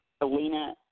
Alina